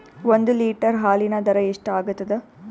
ಒಂದ್ ಲೀಟರ್ ಹಾಲಿನ ದರ ಎಷ್ಟ್ ಆಗತದ?